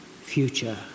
future